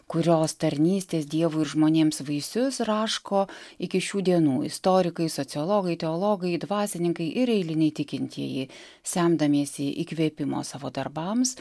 kurios tarnystės dievui ir žmonėms vaisius raško iki šių dienų istorikai sociologai teologai dvasininkai ir eiliniai tikintieji semdamiesi įkvėpimo savo darbams